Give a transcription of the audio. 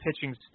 pitching